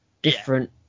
different